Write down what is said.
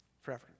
forever